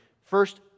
First